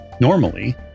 normally